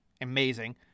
amazing